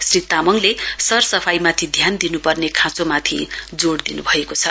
श्री तामाङले सरसफाईमाथि ध्यान दिन्पर्ने खाँचोमाथि जोड़ दिन् भएको छ